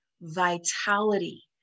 vitality